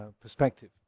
perspective